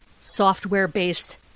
software-based